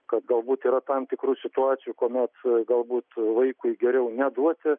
kad galbūt yra tam tikrų situacijų kuomet galbūt vaikui geriau neduoti